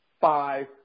five